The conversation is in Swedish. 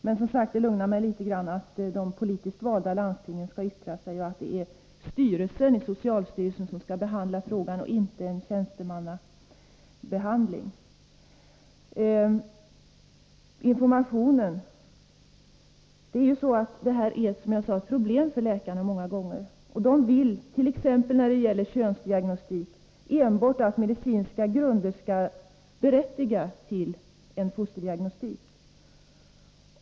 Men, som sagt, det lugnar mig litet att de politiskt valda i landstingen skall yttra sig och att det är socialstyrelsens styrelse, och inte inte dess tjänstemän, som skall behandla frågan. Som jag sade är informationen många gånger ett problem för läkarna. De vill t.ex. när det gäller könsdiagnostik att enbart medicinska grunder skall grunda rätt till fosterdiagnostik.